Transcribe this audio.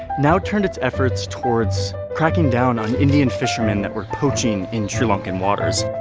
now turned its efforts towards cracking down on indian fishermen that were poaching in sri lankan waters.